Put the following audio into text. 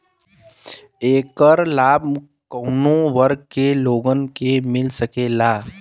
ऐकर लाभ काउने वर्ग के लोगन के मिल सकेला?